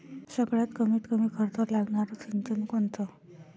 सगळ्यात कमीत कमी खर्च लागनारं सिंचन कोनचं?